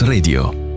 Radio